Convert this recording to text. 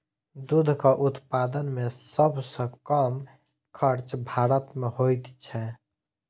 दूधक उत्पादन मे सभ सॅ कम खर्च भारत मे होइत छै